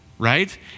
right